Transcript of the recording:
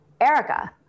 Erica